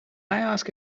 ask